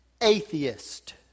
Atheist